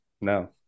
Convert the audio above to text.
No